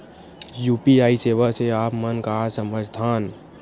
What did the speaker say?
UPI सेवा से आप मन का समझ थान?